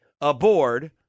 aboard